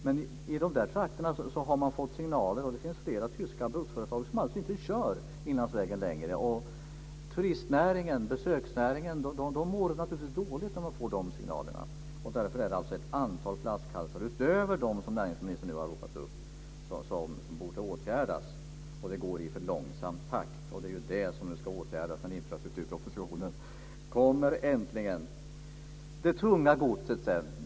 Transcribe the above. Men i de där trakterna har man fått signaler. Det finns alltså flera tyska bussföretag som inte kör Inlandsvägen längre. Turistnäringen, besöksnäringen, mår naturligtvis dåligt av att få dessa signaler. Därför är det alltså ett antal flaskhalsar utöver dem som näringsministern nu har ropat upp som borde åtgärdas. Det går i för långsam takt. Det är det som nu ska åtgärdas när infrastrukturpropositionen äntligen kommer. Sedan till det tunga godset.